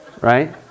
Right